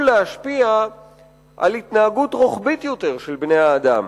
להשפיע על התנהגות רוחבית יותר של בני-האדם,